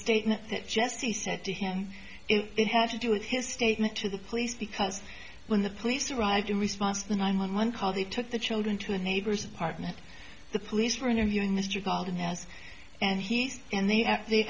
statement that just he said to him it had to do with his statement to the police because when the police arrived in response to the nine one one call the took the children to a neighbor's apartment the police were interviewing mr dalton has and he's in the